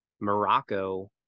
Morocco